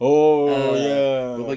oh ya